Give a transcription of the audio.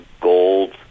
gold